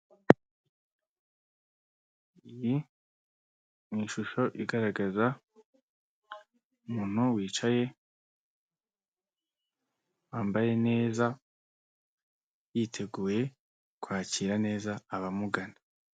Iyi ni ishusho igaragaza umuntu wicaye wambaye neza yiteguye kwakira neza abamugana.